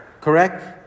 Correct